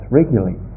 regularly